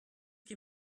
qui